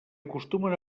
acostumen